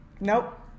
Nope